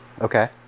Okay